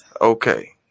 okay